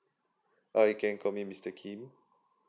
uh you can call me mister kim